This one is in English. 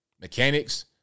mechanics